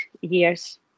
years